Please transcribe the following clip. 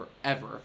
forever